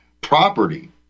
property